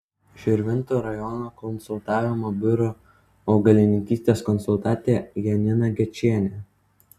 širvintų rajono konsultavimo biuro augalininkystės konsultantė janina gečienė